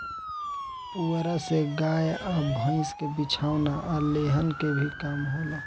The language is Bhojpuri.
पुआरा से गाय आ भईस के बिछवाना आ लेहन के भी काम होला